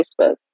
Facebook